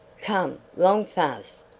come long fas.